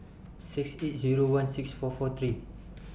six eight Zero one six four four three